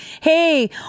Hey